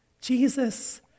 Jesus